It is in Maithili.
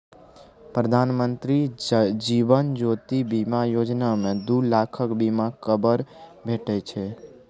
प्रधानमंत्री जीबन ज्योती बीमा योजना मे दु लाखक बीमा कबर भेटै छै